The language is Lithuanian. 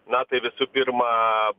na tai visų pirma